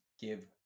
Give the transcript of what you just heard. give